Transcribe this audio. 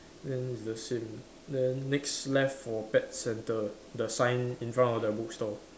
then the same then next left for pet centre the sign in front of the book store